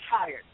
tired